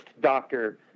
Doctor